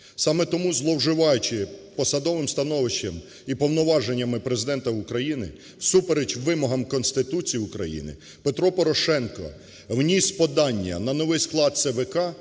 Саме тому, зловживаючи посадовим становищем і повноваженнями Президента України, всупереч вимогам Конституції України Петро Порошенко вніс подання на новий склад ЦВК,